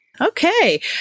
Okay